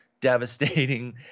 Devastating